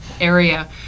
area